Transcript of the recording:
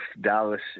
Dallas